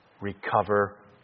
recover